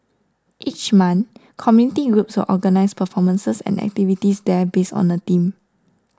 each month community groups will organise performances and activities there based on a theme